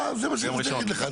אה, זה מה שהם רוצים להגיד לך.